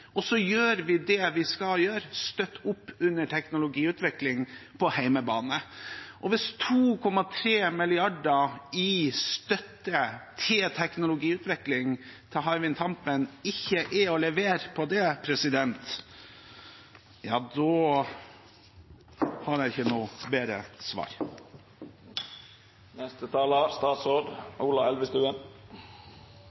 Så gjør vi det vi skal gjøre. Vi støtter opp under teknologiutvikling på hjemmebane. Hvis 2,3 mrd. kr i støtte til teknologiutvikling til Hywind Tampen ikke er å levere, har jeg ikke noe bedre svar.